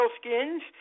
skins